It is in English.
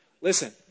Listen